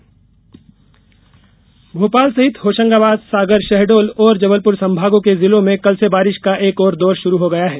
बारिश भोपाल सहित होशंगाबाद सागर शहडोल और जबलपुर संभागों के जिलों में कल से बारिश का एक और दौर शुरू हो गया है